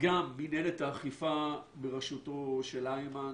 גם מנהלת האכיפה בראשותו של איימן